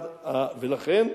ולכן,